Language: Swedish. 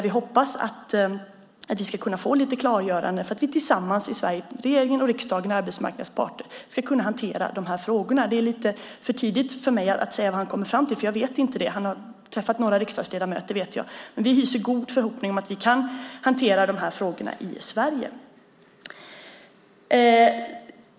Vi hoppas att vi då ska kunna få en del klargöranden för att vi tillsammans i Sverige - regeringen, riksdagen och arbetsmarknadens parter - ska kunna hantera dessa frågor. Det är lite för tidigt för mig att säga vad han kommer fram till eftersom jag inte vet det. Jag vet att han har träffat några riksdagsledamöter. Men vi hyser en god förhoppning om att vi kan hantera dessa frågor i Sverige.